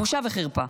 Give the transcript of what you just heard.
פשוט בושה וחרפה.